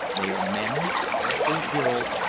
they are men, powerful, virile,